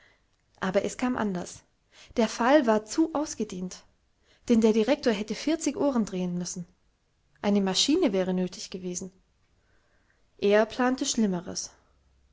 aber es kam anders der fall war zu ausgedehnt denn der direktor hätte vierzig ohren drehen müssen eine maschine wäre nötig gewesen er plante schlimmeres